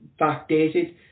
backdated